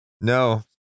no